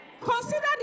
Consider